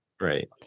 Right